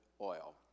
oil